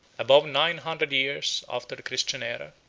above nine hundred years after the christian aera,